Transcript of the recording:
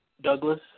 Douglas